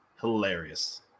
hilarious